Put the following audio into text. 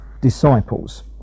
disciples